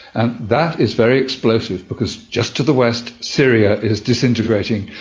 and that is very explosive because just to the west syria is disintegrating,